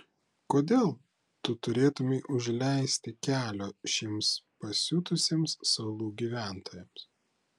kodėl tu turėtumei užleisti kelio šiems pasiutusiems salų gyventojams